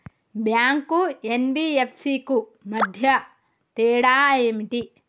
Bank కు NBFC కు మధ్య తేడా ఏమిటి?